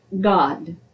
God